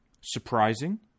surprising